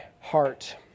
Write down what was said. heart